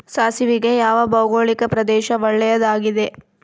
ಸಾಸಿವೆಗೆ ಯಾವ ಭೌಗೋಳಿಕ ಪ್ರದೇಶ ಒಳ್ಳೆಯದಾಗಿದೆ?